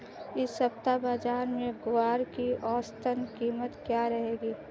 इस सप्ताह बाज़ार में ग्वार की औसतन कीमत क्या रहेगी?